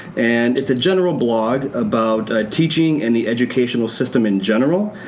and it's a general blog about teaching and the educational system in general.